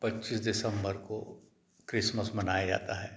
पच्चीस दिसंबर को क्रिसमस मनाया जाता है